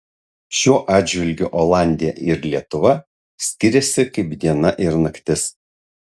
šiuo atžvilgiu olandija ir lietuva skiriasi kaip diena ir naktis